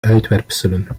uitwerpselen